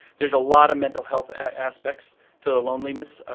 there is a lot of mental health aspects to the loneliness,